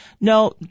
No